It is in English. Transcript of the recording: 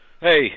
Hey